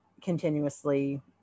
continuously